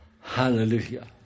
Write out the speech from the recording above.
Hallelujah